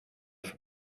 for